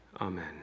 Amen